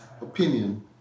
opinion